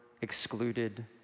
excluded